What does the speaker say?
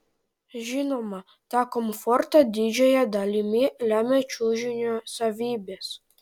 žinoma tą komfortą didžiąja dalimi lemia čiužinio savybės